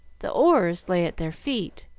the oars lay at their feet,